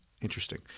Interesting